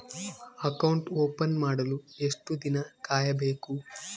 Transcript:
Account open ಮಾಡಲು ಎಷ್ಟು ದಿನ ಕಾಯಬೇಕು?